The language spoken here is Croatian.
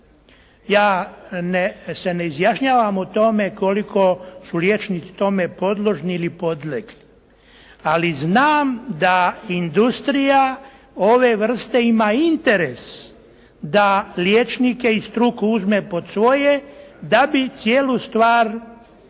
Ja se ne izjašnjavam o tome koliko su liječnici tome podložni ili podlegli. Ali znam da industrija ove vrste ima interes da liječnike i struku uzme pod svoje da bi cijelu stvar kako